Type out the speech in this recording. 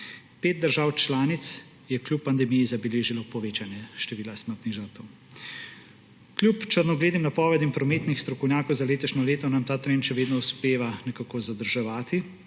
Pet držav članic je kljub pandemiji zabeležilo povečanje števila smrtnih žrtev. Kljub črnogledim napovedim prometnih strokovnjakov za letošnje leto nam ta trend še vedno uspeva nekako zadrževati.